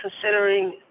considering